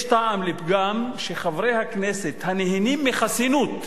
יש טעם לפגם שחברי הכנסת, הנהנים מחסינות,